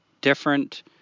different